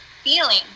feeling